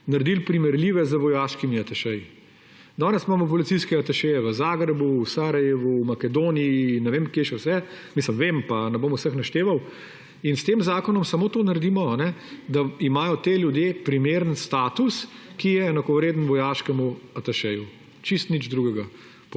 naredili primerljive z vojaškimi atašeji. Danes imamo policijske atašeje v Zagrebu, v Sarajevu, v Makedoniji, ne vem kje še vse. Vem, pa ne bom vseh našteval. S tem zakonom samo to naredimo, da imajo ti ljudje primeren status, ki je enakovreden vojaškemu atašeju. Čisto nič drugega.